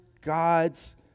God's